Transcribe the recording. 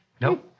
No